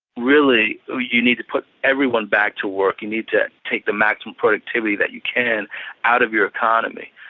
really ah you need to put everyone back to work. you need to take the maximum productivity that you can out of your economy.